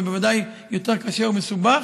זה בוודאי יותר קשה ומסובך,